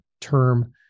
term